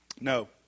No